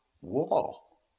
wall